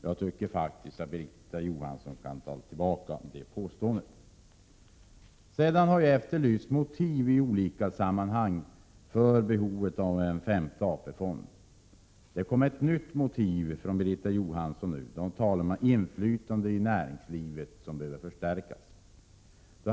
Jag tycker faktiskt att Birgitta Johansson kan ta tillbaka sitt påstående på den punkten. Jag har i olika sammanhang efterlyst motiv för behovet av en femte AP-fond. Birgitta Johansson anförde nu ett nytt motiv: att inflytandet över näringslivet behöver förstärkas.